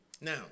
Now